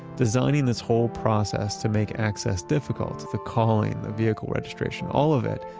designing this whole process to make access difficult the calling, the vehicle registration, all of it.